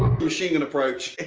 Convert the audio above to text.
machine gun approach.